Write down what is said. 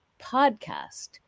podcast